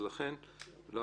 לכן כל